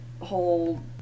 whole